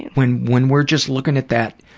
when when we're just looking at that